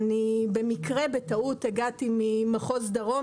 אני במקרה בטעות הגעתי ממחוז דרום.